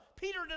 Peter